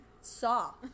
Saw